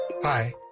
Hi